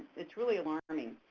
it's really alarming.